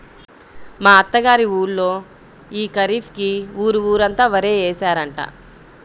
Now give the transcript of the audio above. మా అత్త గారి ఊళ్ళో యీ ఖరీఫ్ కి ఊరు ఊరంతా వరే యేశారంట